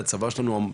הצבא שלנו,